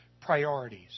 priorities